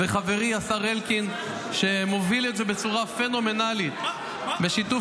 חברי השר אלקין מוביל את זה בצורה פנומנלית בשיתוף